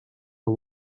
the